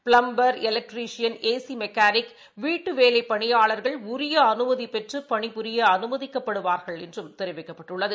plumber electrician ஏ சிமெக்களிக் வீட்டுவேலைபணியாளர்கள் உரியஅனுமதிபெற்றுபணி புரியஅனுமதிக்கப்படுவார்கள் என்றும் தெரிவிக்கப்பட்டுள்ளது